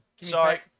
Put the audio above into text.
Sorry